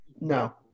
No